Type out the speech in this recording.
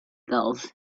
gulls